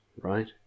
right